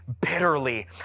bitterly